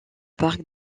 parc